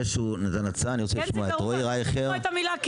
אני רוצה לשמוע את המילה כן.